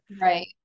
right